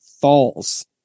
Falls